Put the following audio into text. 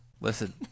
Listen